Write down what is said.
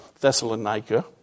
Thessalonica